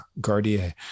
Gardier